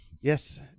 Yes